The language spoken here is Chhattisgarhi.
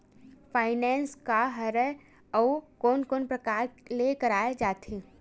फाइनेंस का हरय आऊ कोन कोन प्रकार ले कराये जाथे?